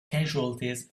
casualties